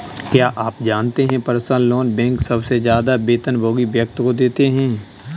क्या आप जानते है पर्सनल लोन बैंक सबसे ज्यादा वेतनभोगी व्यक्ति को देते हैं?